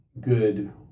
good